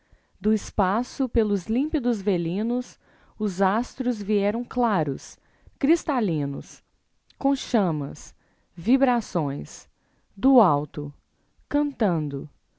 do espaço pelos límpidos velinos os astros vieram claros cristalinos com chamas vibrações do alto cantando